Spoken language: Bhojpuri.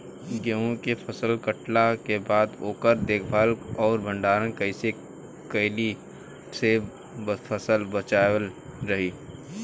गेंहू के फसल कटला के बाद ओकर देखभाल आउर भंडारण कइसे कैला से फसल बाचल रही?